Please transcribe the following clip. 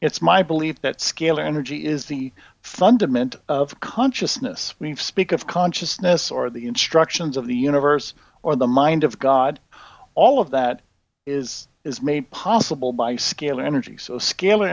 it's my belief that scalar energy is the fundament of consciousness we speak of consciousness or the instructions of the universe or the mind of god all of that is is made possible by scalar energy so scal